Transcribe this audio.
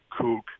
kook